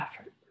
effort